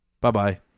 Bye-bye